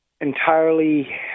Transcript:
entirely